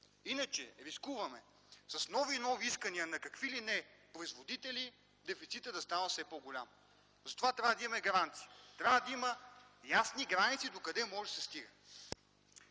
Иначе рискуваме с нови и нови искания на какви ли не производители дефицитът да става все по-голям. Затова трябва да имаме гаранции! Трябва да има ясни граници докъде може да се стигне!